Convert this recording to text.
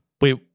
Wait